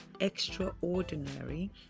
extraordinary